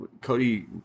cody